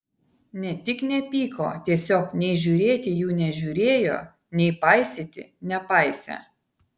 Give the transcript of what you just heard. ne tik nepyko tiesiog nei žiūrėti jų nežiūrėjo nei paisyti nepaisė